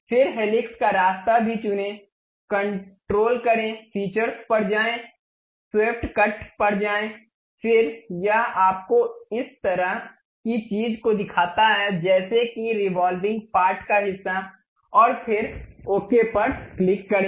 फिर हेलिक्स का रास्ता भी चुनें कंट्रोल करें फीचर्स पर जाएं स्वेप्ट कट पर जाएं फिर यह आपको इस पूरी चीज को दिखाता है जैसे कि रिवॉल्विंग पार्ट का हिस्सा और फिर ओके पर क्लिक करें